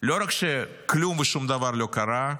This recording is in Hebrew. לא רק שכלום ושום דבר לא קרה,